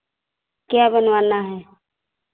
क्या बनवाना है